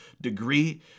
degree